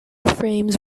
frames